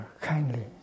kindly